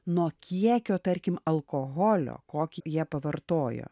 nuo kiekio tarkim alkoholio kokį jie pavartojo